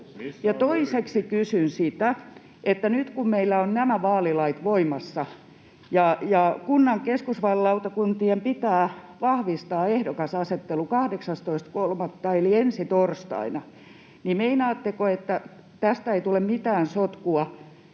Toiseksi kysyn: nyt kun meillä ovat nämä vaalilait voimassa ja kuntien keskusvaalilautakuntien pitää vahvistaa ehdokasasettelu 18.3. eli ensi torstaina, niin meinaatteko, että tästä ei tule mitään sotkua,